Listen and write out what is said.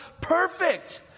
perfect